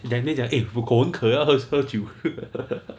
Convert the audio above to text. then 你跟他讲 eh 我口很渴要喝喝酒